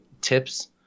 tips